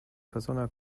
persona